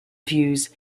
views